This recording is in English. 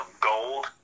gold